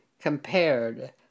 compared